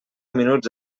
minuts